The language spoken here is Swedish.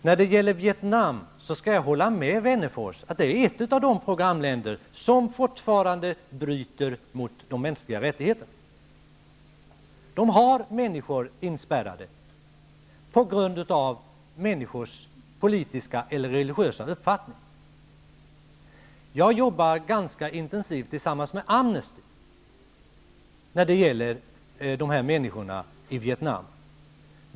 När det gäller Vietnam skall jag hålla med Wennerfors om att det är ett av de programländer som fortfarande bryter mot de mänskliga rättigheterna. Vietnam har människor inspärrade på grund av deras politiska eller religiösa uppfattning. Jag jobbbar ganska intensivt tillsammans med Amnesty när det gäller dessa människor i Vietnam.